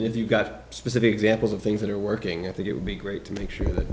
if you've got specific examples of things that are working i think it would be great to make sure that